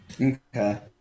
Okay